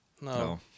No